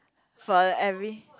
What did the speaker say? for every